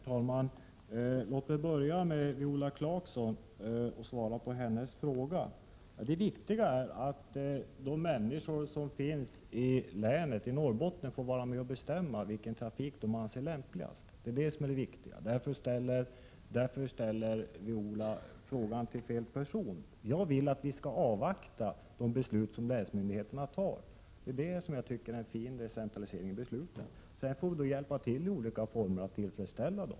Herr talman! Låt mig börja med att svara på Viola Clarksons fråga. Det viktiga är att människor som finns i Norrbottens län får vara med och bestämma vilken trafik de anser lämpligast. Det är det viktiga. Viola Clarkson ställer därför frågan till fel person. Jag vill att vi skall avvakta de beslut som länsmyndigheterna fattar. Det tycker jag är en fin decentralisering av besluten. Sedan får vi hjälpa till på olika sätt att tillfredsställa dem.